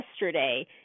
yesterday